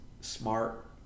smart